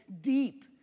deep